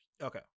Okay